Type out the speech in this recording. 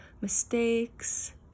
mistakes